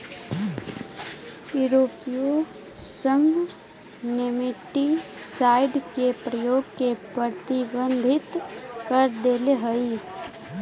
यूरोपीय संघ नेमेटीसाइड के प्रयोग के प्रतिबंधित कर देले हई